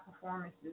performances